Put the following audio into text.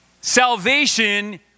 salvation